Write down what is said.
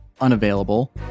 unavailable